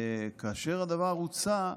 כאשר הדבר הוצע,